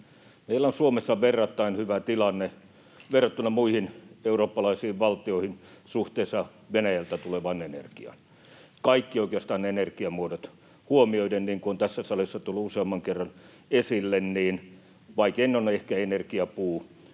Meillä on Suomessa verrattain hyvä tilanne verrattuna muihin eurooppalaisiin valtioihin suhteessa Venäjältä tulevaan energiaan, oikeastaan kaikki energiamuodot huomioiden, niin kuin tässä salissa on tullut useamman kerran esille. Vaikein on ehkä energiapuu,